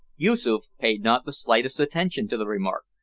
yoosoof paid not the slightest attention to the remark,